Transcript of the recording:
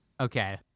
Okay